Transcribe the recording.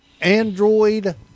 Android